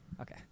Okay